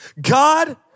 God